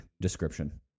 description